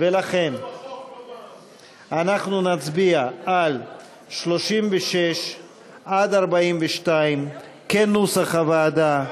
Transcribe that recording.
לכן אנחנו נצביע על 36 42 כנוסח הוועדה,